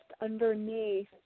underneath